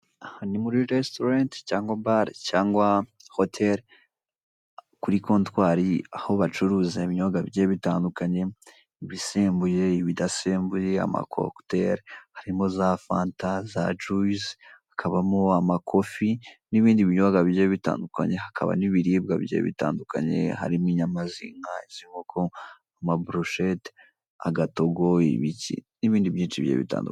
Aha ni muri resitorenti cyangwa bare cyangwa hoteri kuri kontwari aho bacuruza ibinyobwa bigiye bitandukanye ibisembuye ibidasembuye amakokuteri, harimo za fanta , za juyisi hakabamo amakofi n'ibindi binyobwa bigiye bitandukanye, hakaba n'ibiribwa bigiye bitandukanye harimo inyama z'inka, iz'inkoko amaburusheti, agatogo ibiki n'ibindi byinshi bigiye bitandukanye.